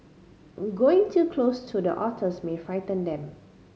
going too close to the otters may frighten them